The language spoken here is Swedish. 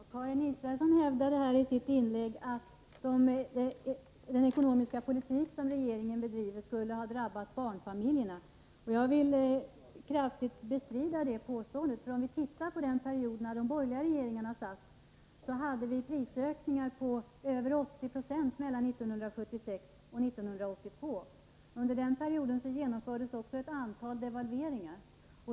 Fru talman! Karin Israelsson hävdade i sitt inlägg att den ekonomiska politik som regeringen bedriver skulle ha drabbat barnfamiljerna. Jag vill kraftigt bestrida det påståendet. Om vi ser på den period då de borgerliga regeringarna satt vid makten, finner vi att det var prisökningar på över 80 9o mellan 1976 och 1982. Under den perioden genomfördes också ett antal devalveringar.